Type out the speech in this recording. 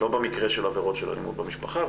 לא במקרה של עבירות של אלימות במשפחה,